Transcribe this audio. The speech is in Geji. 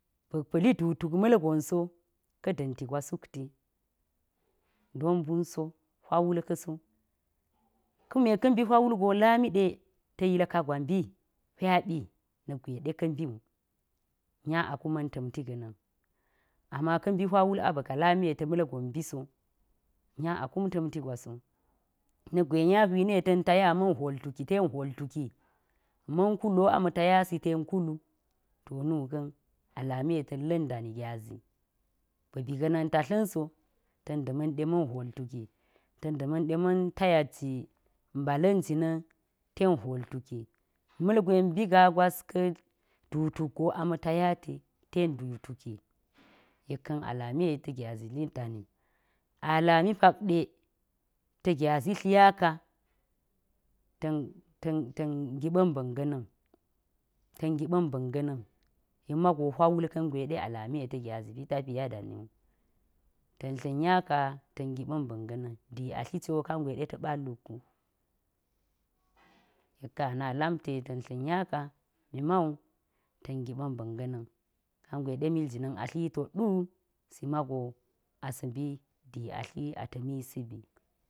Ba̱k pa̱li duu tuk malgonso ka da̱nti gwa sukti don mbunso hwawul ka̱so. Kuma ka̱ mbi hwe wulga lamide ta̱ yilka gawa mbi hwabi nak gwe ka̱ mbiwu, nya akumin ta̱mti ga̱ne̱n. Ama ka̱mbi hwa wal abiki lami ta̱ malgon mbiso nya akun tamtigra so na̱k gwe nyi hwini ne ta̱n taya man hwol tutu ten hwol tuki ma̱n kulu waa tayasiten kulu ta nuka̱n alami tan la̱n dani gyazi ba̱bi ga̱na̱n taflinso tan da̱ ma̱n de ma̱n hwoltuki ta̱ndi ma̱n tayata ji mbda̱n jina̱n ten hwol tuki ma̱l gwu mbi ga̱ gwas ka̱ duu tuk go ama̱ teyati tan duutuki yek ka̱n alami de ta gyazi lidani. Alami pak te ta gyazi thinga ka tan ta̱n nga̱ ba̱n ba̱n ga̱ na̱n ta̱n giɓa̱n ba̱n ga̱n yuk mago hwa wul gwe de alami ta gyazi pitayo damawu. Ta̱n flinya tan ngiɓan ba̱n an di atli ciwo kangwe ballukgu yek kar ana lamti ta̱n tlinya ka mimawu ta̱n ngiba̱n ba̱nga̱na̱n kangwe damiljinan atli tot du simago asa̱ mbi diatli a ta̱misi.